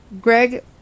Greg